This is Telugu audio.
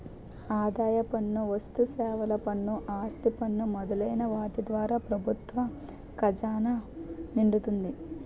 ఆదాయ పన్ను వస్తుసేవల పన్ను ఆస్తి పన్ను మొదలైన వాటి ద్వారా ప్రభుత్వ ఖజానా నిండుతుంది